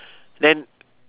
then